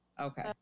okay